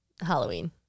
Halloween